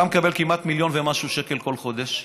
אתה מקבל כמעט מיליון ומשהו שקל כל חודש.